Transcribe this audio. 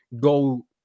go